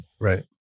Right